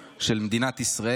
על שיקום יחסי החוץ של מדינת ישראל.